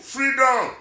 Freedom